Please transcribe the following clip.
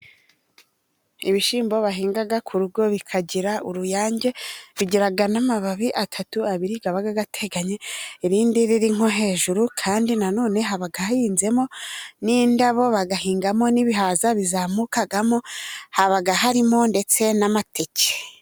Ibishyimbo bahinga ku rugo bikagira uruyange bigira n'amababi atatu, abiri aba ateganye irindi riri nko hejuru. Kandi nanone haba hahinzemo n'indabo bagahingamo n'ibihaza bizamukamo haba harimo ndetse n'amateke.